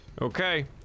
Okay